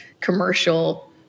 commercial